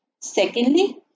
Secondly